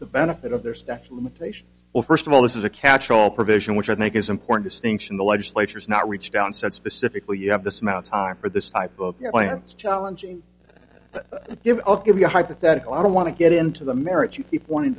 the benefit of their stature limitation well first of all this is a catch all provision which i think is important distinction the legislatures not reach down said specifically you have this mount time for this i book your points challenging give me a hypothetical i don't want to get into the marriage you keep wanting